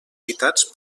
citats